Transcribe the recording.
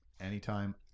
anytime